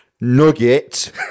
nugget